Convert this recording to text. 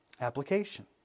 application